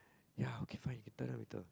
ya okay fine later then we tell